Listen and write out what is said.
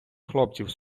хлопців